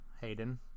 hayden